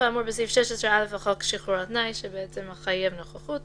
האמור בסעיף 16(א) לחוק שחרור על-תנאי" שמחייב נוכחות,